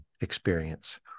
experience